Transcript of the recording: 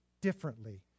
differently